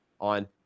on